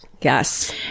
Yes